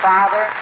Father